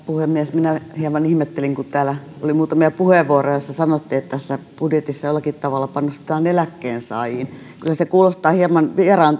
puhemies minä hieman ihmettelin kun täällä oli muutamia puheenvuoroja joissa sanottiin että tässä budjetissa jollakin tavalla panostetaan eläkkeensaajiin kyllä se kuulostaa hieman